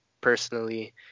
personally